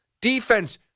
defense